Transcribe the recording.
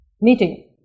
meeting